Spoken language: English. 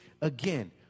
again